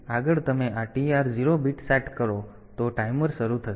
તેથી આગળ તમે આ TR 0 બીટ સેટ કરો તો ટાઈમર શરૂ થશે